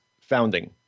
founding